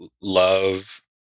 love